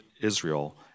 Israel